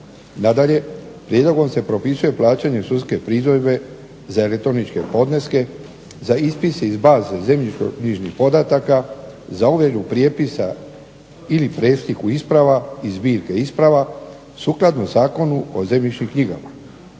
Nadalje, prijedlogom se propisuje plaćanje sudske pristojbe za elektroničke podneske, za ispise iz baze zemljišno-knjižnih podataka, za ovjeru prijepisa ili presliku isprava i zbirke isprava sukladno Zakonu o zemljišnim knjigama.